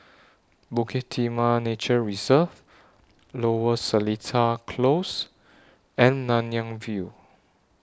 Bukit Timah Nature Reserve Lower Seletar Close and Nanyang View